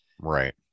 Right